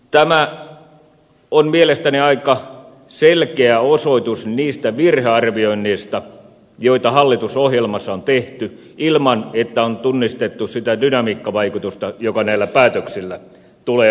tämä on mielestäni aika selkeä osoitus niistä virhearvioinneista joita hallitusohjelmassa on tehty ilman että on tunnistettu sitä dynamiikkavaikutusta joka näillä päätöksillä tulee olemaan